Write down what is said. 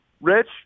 Rich